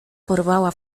porwała